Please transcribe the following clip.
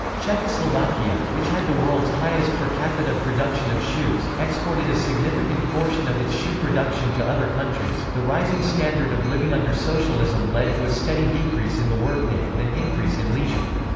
czechoslovakia, which had the world's highest per-capita production of shoes, exported a significant portion of its shoe production to other countries the rising standard of living under socialism led to a steady decrease in the workday and an increase in leisure.